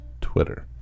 Twitter